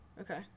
okay